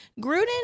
Gruden